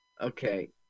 Okay